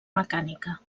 mecànica